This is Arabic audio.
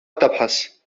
تبحث